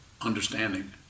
understanding